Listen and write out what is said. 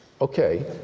Okay